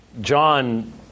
John